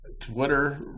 Twitter